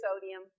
sodium